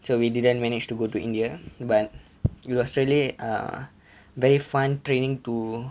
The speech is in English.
so we didn't manage to go to india but it was really err very fun training to